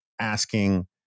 asking